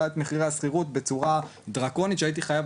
הדירה העלה את מחירי השכירות בצורה דרקונית שהייתי חייב